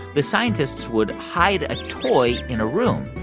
the scientists would hide a toy in a room,